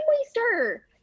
waster